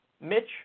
Mitch